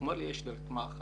הוא אומר לי יש רתמה אחת